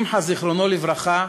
שמחה, זיכרונו לברכה,